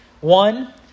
One